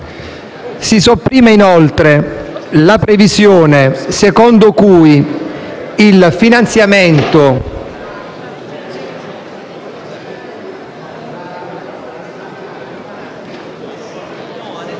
Si sopprime, inoltre, la previsione secondo cui il finanziamento